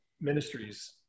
ministries